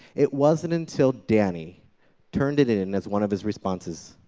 it wasn't until danny turned it it in as one of his responses.